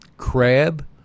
Crab